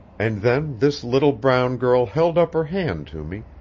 and then this little brown girl held up her hand to me,